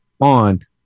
on